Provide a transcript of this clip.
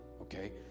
Okay